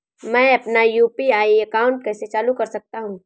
मैं अपना UPI account कैसे चालू कर सकता हूँ?